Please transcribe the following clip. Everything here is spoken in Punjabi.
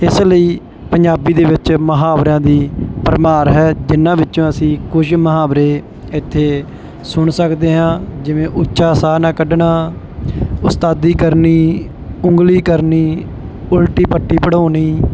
ਇਸ ਲਈ ਪੰਜਾਬੀ ਦੇ ਵਿੱਚ ਮੁਹਾਵਰਿਆਂ ਦੀ ਭਰਮਾਰ ਹੈ ਜਿਹਨਾਂ ਵਿੱਚੋਂ ਅਸੀਂ ਕੁਝ ਮੁਹਾਵਰੇ ਇੱਥੇ ਸੁਣ ਸਕਦੇ ਹਾਂ ਜਿਵੇਂ ਉੱਚਾ ਸਾਹ ਨਾ ਕੱਢਣਾ ਉਸਤਾਦੀ ਕਰਨੀ ਉਂਗਲੀ ਕਰਨੀ ਉਲਟੀ ਪੱਟੀ ਪੜਾਉਣੀ